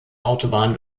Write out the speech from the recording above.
autobahn